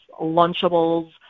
Lunchables